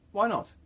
why not?